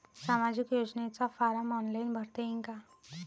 सामाजिक योजनेचा form online भरता येईन का?